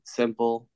simple